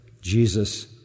Jesus